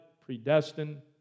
predestined